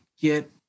get